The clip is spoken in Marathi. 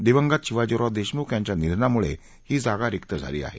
दिवंगत शिवाजीराव देशमुख यां या निधनामुळे ही जागा र झाली आहे